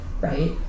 right